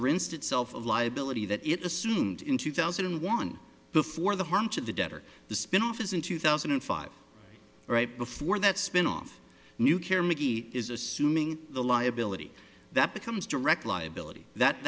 rinsed itself of liability that it assumed in two thousand and one before the harm to the debtor the spin off is in two thousand and five right before that spinoff new care maybe is assuming the liability that becomes direct liability that